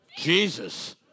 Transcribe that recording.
Jesus